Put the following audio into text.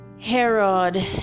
Herod